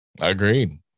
Agreed